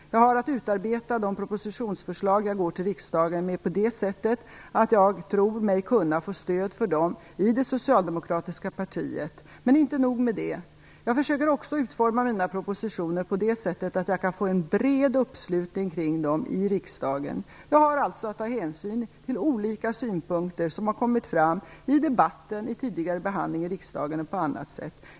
Jag har att utarbeta de propositionsförslag jag går till riksdagen med på det sättet att jag tror mig kunna få stöd för dem i det socialdemokratiska partiet. Och inte nog med det, jag försöker också utforma mina propositioner på det sättet att jag kan få en bred uppslutning kring dem i riksdagen. Jag har alltså att ta hänsyn till olika synpunkter som har kommit fram i debatter, vid tidigare behandlingar i riksdagen och på annat sätt.